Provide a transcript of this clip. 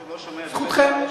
זכותכם.